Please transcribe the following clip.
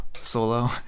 solo